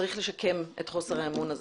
צריך לשקם את האמון הזה.